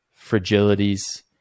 fragilities